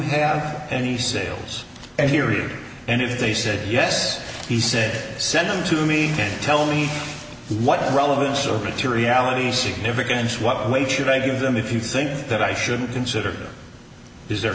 have any sales and hearing and if they said yes he said send them to me and tell me what relevance or materiality significance what weight should i give them if you think that i should consider is there